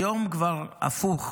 היום כבר הפוך,